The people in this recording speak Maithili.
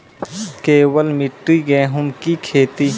केवल मिट्टी गेहूँ की खेती?